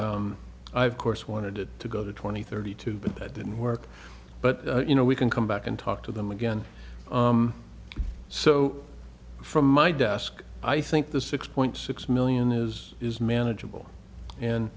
i've course wanted it to go to twenty thirty two but that didn't work but you know we can come back and talk to them again so from my desk i think the six point six million is is manageable and